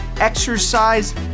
exercise